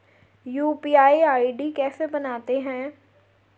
UPI ID कैसे बनाते हैं?